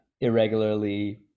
irregularly